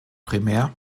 primär